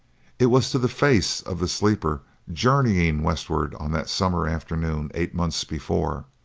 it was to the face of the sleeper journeying westward on that summer afternoon eight months before.